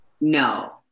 No